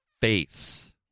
face